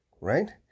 right